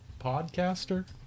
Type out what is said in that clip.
podcaster